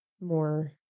more